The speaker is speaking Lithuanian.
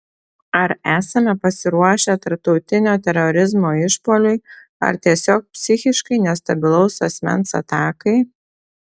ar esame pasiruošę tarptautinio terorizmo išpuoliui ar tiesiog psichiškai nestabilaus asmens atakai